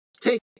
take